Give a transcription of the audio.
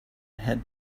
had